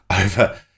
over